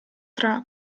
tra